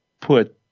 put